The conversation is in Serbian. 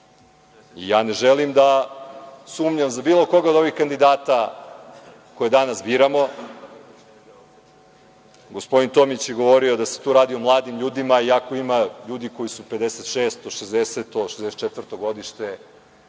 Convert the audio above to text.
Ne želim da sumnjam za bilo koga od ovih kandidata koje danas biramo, gospodin Tomić je govorio da se tu radi o mladim ljudima, iako ima ljudi koji su 1956, 1960, 1964. godište,